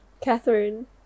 Catherine